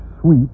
sweet